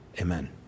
Amen